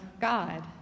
God